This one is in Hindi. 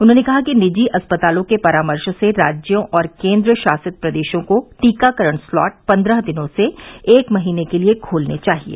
उन्होंने कहा कि निजी अस्पतालों के परामर्श से राज्यों और केंद्र शासित प्रदेशों को टीकाकरण स्लॉट पन्द्रह दिनों से एक महीने के लिए खोलने चाहिएं